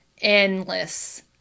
endless